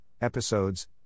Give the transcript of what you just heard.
Episodes